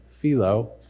Philo